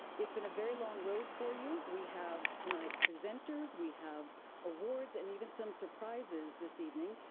it's been a very long road for you. we have tonight presenters, we have awards, and even some surprises this evening.